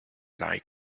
like